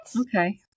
Okay